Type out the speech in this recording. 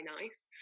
nice